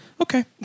Okay